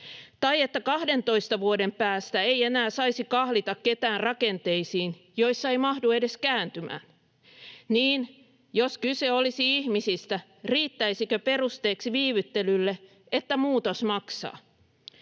Tai että 12 vuoden päästä ei enää saisi kahlita ketään rakenteisiin, joissa ei mahdu edes kääntymään? Niin, jos kyse olisi ihmisistä, riittäisikö perusteeksi viivyttelylle, että muutos maksaa?